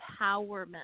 empowerment